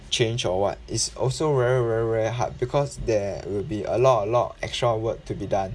change or what it's also very very very hard because there will be a lot a lot extra work to be done